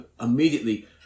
immediately